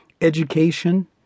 education